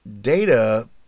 data